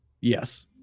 Yes